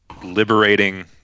liberating